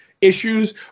issues